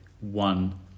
one